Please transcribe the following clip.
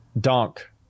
Donk